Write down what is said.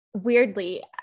weirdly